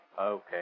Okay